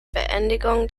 beendigung